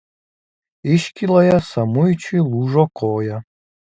iškyloje samuičiui lūžo koja